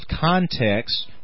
context